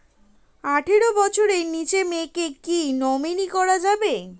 আঠারো বছরের নিচে মেয়েকে কী নমিনি করা যাবে?